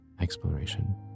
exploration